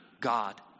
God